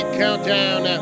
countdown